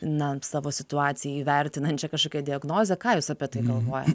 na savo situaciją įvertinančią kažkokią diagnozę ką jūs apie tai galvojat